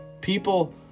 people